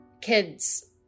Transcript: kids